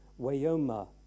wayoma